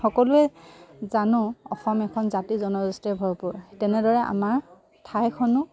সকলোৱে জানো অসম এখন জাতি জনগোষ্ঠীৰে ভৰপূৰ তেনেদৰে আমাৰ ঠাইখনো